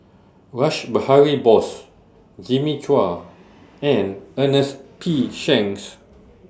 Rash Behari Bose Jimmy Chua and Ernest P Shanks